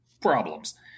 problems